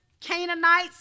Canaanites